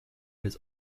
his